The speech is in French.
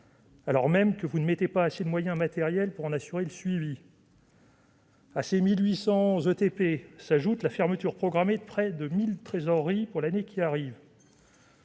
alors même que vous ne mettez pas assez de moyens matériels pour en assurer le suivi. À la suppression de ces 1 800 ETP s'ajoute la fermeture programmée de près de 1 000 trésoreries au cours de l'année qui arrive.